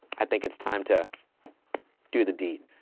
i think it's time to do the deed.